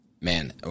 Man